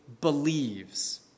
believes